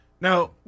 Now